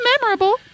memorable